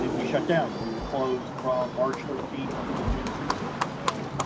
and we shut down. and we were closed from march thirteenth until june sixteenth, so